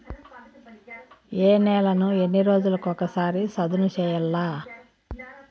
ఏ నేలను ఎన్ని రోజులకొక సారి సదును చేయల్ల?